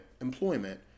employment